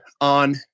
on